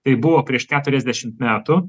tai buvo prieš keturiasdešimt metų